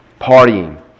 partying